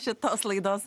šitos laidos